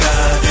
God